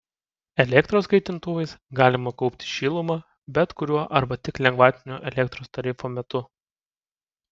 elektros kaitintuvais galima kaupti šilumą bet kuriuo arba tik lengvatinio elektros tarifo metu